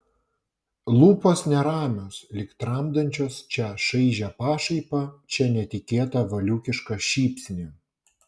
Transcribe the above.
lūpos neramios lyg tramdančios čia šaižią pašaipą čia netikėtą valiūkišką šypsnį